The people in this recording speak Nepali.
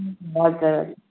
हजुर